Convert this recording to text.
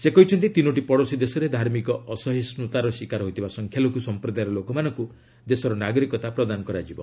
ସେ କହିଛନ୍ତି ତିନୋଟି ପଡ଼ୋଶୀ ଦେଶରେ ଧାର୍ମିକ ଅସହିଷ୍ଠତାର ଶିକାର ହୋଇଥିବା ସଂଖ୍ୟାଲଘୁ ସମ୍ପ୍ରଦାୟର ଲୋକମାନଙ୍କୁ ଦେଶର ନାଗରିକତା ପ୍ରଦାନ କରାଯିବ